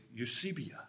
Eusebia